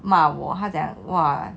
骂我他讲 !wah!